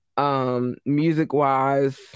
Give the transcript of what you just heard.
music-wise